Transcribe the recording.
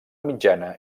mitjana